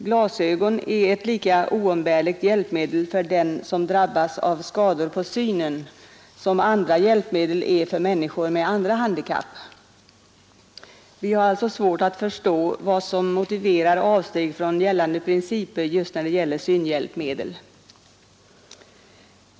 Glasögon är ett lika oumbärligt hjälpmedel för den som drabbats av skador på synen som andra hjälpmedel är för människor med andra handikapp. Vi har alltså svårt att förstå vad som motiverar avsteg från gällande principer just när det gäller synhjälpmedel.